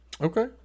okay